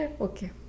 Okay